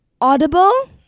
audible